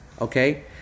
Okay